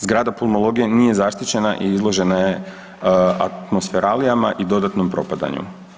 Zgrada pulmologije nije zaštićena i izložena je atmosferilijama i dodatnom propadanju.